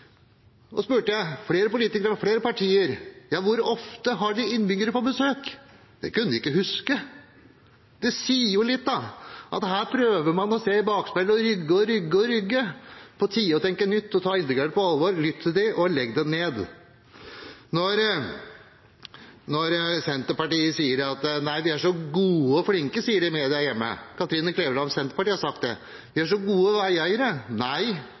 Jeg spurte flere politikere fra flere partier om hvor ofte de hadde innbyggere på besøk. Det kunne de ikke huske. Det sier jo litt om at her prøver man å se i bakspeilet og rygge og rygge og rygge. Det er på tide å tenke nytt og ta innbyggerne på alvor. Lytt til dem og legg den ned. Når Senterpartiet sier: Nei, de er så gode og flinke, sier de i media hjemme. Kathrine Kleveland fra Senterpartiet har sagt det – de er så gode veieiere.